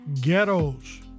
ghettos